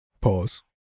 pause